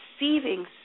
receiving